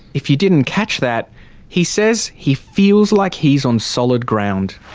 if you didn't catch that he says he feels like he's on solid ground.